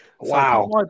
Wow